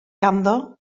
ganddo